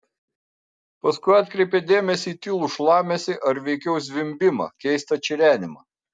paskui atkreipė dėmesį į tylų šlamesį ar veikiau zvimbimą keistą čirenimą